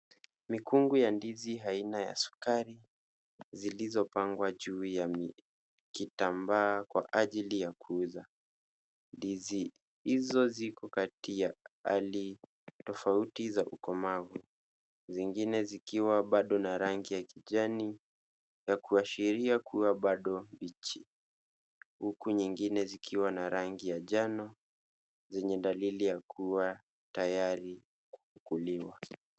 Mikungu ya ndizi aina ya sukari zilizopangwa juu ya kitamba kwa ajili ya kuuza. Ndizi hizo ziko kati ya hali tofauti za ukomavu zingine zikiwa bado na rangi ya kijani ya kuashiria kuwa bado bichi. Huku nyingine zikiwa na rangi ya njano zenye dalili ya kuwa tayari kukuliwa.